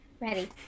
Ready